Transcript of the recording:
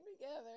together